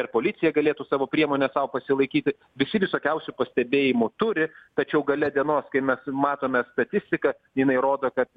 ir policija galėtų savo priemones sau pasilaikyti visi visokiausių pastebėjimų turi tačiau gale dienos kai mes matome statistiką jinai rodo kad